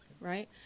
right